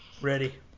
Ready